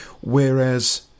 Whereas